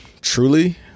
truly